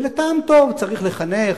ולטעם טוב צריך לחנך,